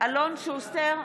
אלון שוסטר,